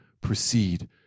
proceed